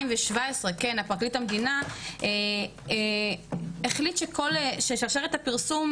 ב-2017 פרקליט המדינה החליט ששרשרת הפרסום